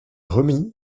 remis